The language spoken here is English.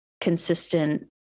consistent